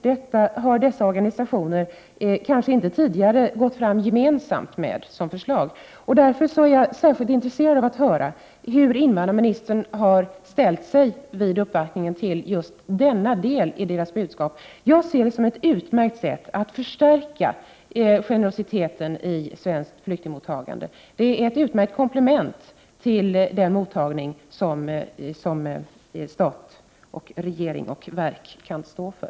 Detta förslag har dessa organisationer kanske inte tidigare gått fram med gemensamt. Jag är därför särskilt intresserad av att höra hur invandrarministern vid uppvaktningen har ställt sig till just denna del av deras budskap. Jag ser det som ett utmärkt sätt att förstärka generositeten i svenskt flyktingmottagande. Det är ett utmärkt komplement till den mottagning som stat, regering och verk kan stå för.